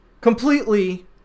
Completely